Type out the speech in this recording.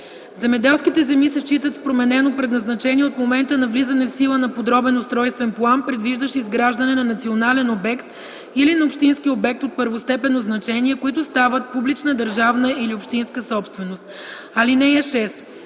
Земеделските земи се считат с променено предназначение от момента на влизане в сила на подробен устройствен план, предвиждащ изграждане на национален обект или на общински обект от първостепенно значение, които стават публична държавна или общинска собственост.” (6)